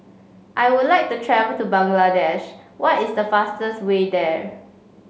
I would like to travel to Bangladesh what is the fastest way there